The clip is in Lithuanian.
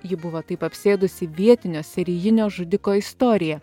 jį buvo taip apsėdusi vietinio serijinio žudiko istorija